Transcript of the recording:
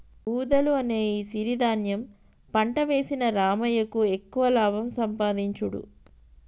వూదలు అనే ఈ సిరి ధాన్యం పంట వేసిన రామయ్యకు ఎక్కువ లాభం సంపాదించుడు